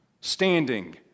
standing